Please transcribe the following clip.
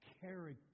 character